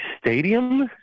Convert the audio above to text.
stadium